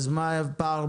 אז מה הפער ביניכם?